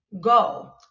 go